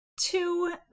two